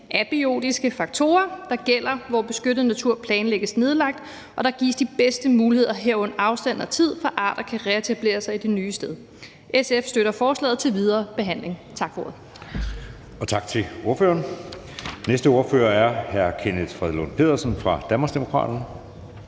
abiotiske faktorer, der gælder der, hvor beskyttet natur planlægges nedlagt, og der gives de bedste muligheder, herunder hvad angår afstand og tid, for, at arter kan reetablere sig det nye sted. SF støtter forslagets videre behandling. Tak for ordet. Kl. 13:46 Anden næstformand (Jeppe Søe): Tak til ordføreren. Den næste ordfører er hr. Kenneth Fredslund Petersen fra Danmarksdemokraterne.